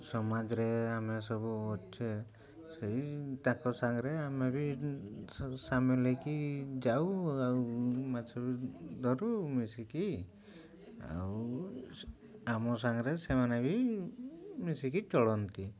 ସମାଜରେ ଆମେ ସବୁ ଅଛେ ସେଇ ତାଙ୍କ ସାଙ୍ଗରେ ଆମେ ବି ସାମିଲ୍ ହେଇକି ଯାଉ ଆଉ ମାଛ ବି ଧରୁ ମିଶିକି ଆଉ ଆମ ସାଙ୍ଗରେ ସେମାନେ ବି ମିଶିକି ଚଳନ୍ତି